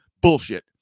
Bullshit